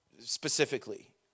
specifically